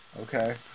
okay